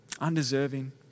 undeserving